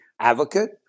advocate